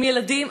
עם ילדים.